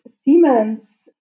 Siemens